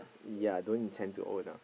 yea don't intend to own ah